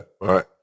right